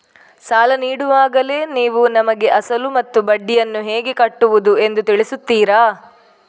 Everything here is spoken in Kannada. ಸಾಲ ನೀಡುವಾಗಲೇ ನೀವು ನಮಗೆ ಅಸಲು ಮತ್ತು ಬಡ್ಡಿಯನ್ನು ಹೇಗೆ ಕಟ್ಟುವುದು ಎಂದು ತಿಳಿಸುತ್ತೀರಾ?